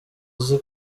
uzi